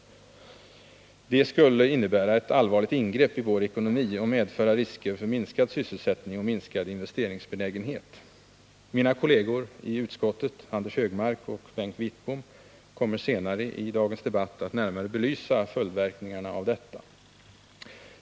De skulle innebära ett allvarligt ingrepp i vår ekonomi och medföra risker för minskad sysselsättning och minskad investeringsbenägenhet. Mina kolleger i utskottet, Anders Högmark och Bengt Wittbom, kommer senare i debatten att närmare belysa följdverkningarna härav.